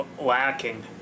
lacking